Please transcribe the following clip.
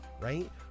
right